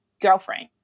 girlfriend